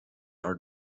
are